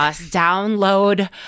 download